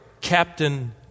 Captain